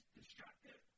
destructive